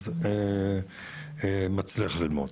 אז הוא מצליח ללמוד.